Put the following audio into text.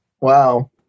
Wow